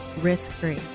risk-free